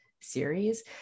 series